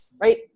right